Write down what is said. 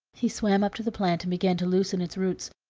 he swam up to the plant and began to loosen its roots,